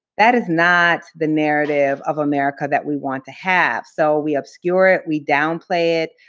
that is not the narrative of america that we want to have. so we obscure it. we downplay it.